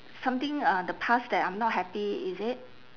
something uh the past that I'm not happy is it